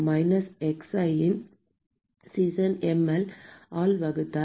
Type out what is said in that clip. minus xஐ sin ML ஆல் வகுத்தல்